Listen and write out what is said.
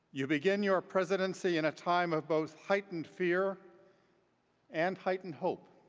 you begin your presidency in a time of both heightened fear and heightened hope.